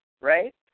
right